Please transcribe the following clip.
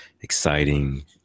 exciting